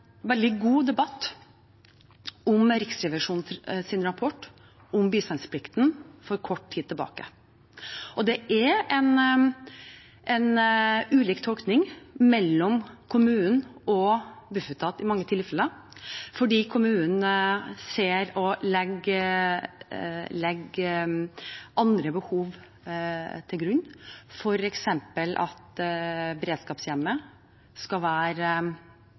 veldig god debatt om Riksrevisjonens rapport om bistandsplikten. Det er i mange tilfeller en ulik tolkning mellom kommunen og Bufetat. Kommunen ser og legger til grunn andre behov, f.eks. at beredskapshjemmet skal være